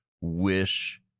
wish